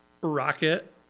rocket